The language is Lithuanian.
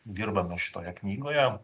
dirbame šitoje knygoje